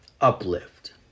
uplift